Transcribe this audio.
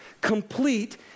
complete